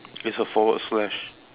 is a forward slash